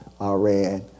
Iran